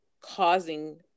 causing